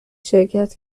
شرکت